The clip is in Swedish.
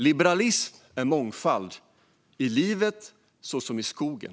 Liberalism är mångfald, i livet så som i skogen.